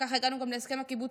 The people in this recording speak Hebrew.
וככה הגענו להסכם הקיבוצי.